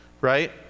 right